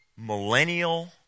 millennial